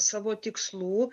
savo tikslų